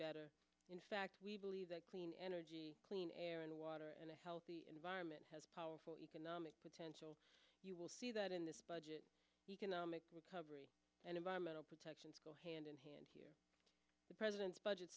better in fact clean energy clean air and water and a healthy environment has powerful economic potential you will see that in this budget economic recovery and environmental protections go hand in hand here the president's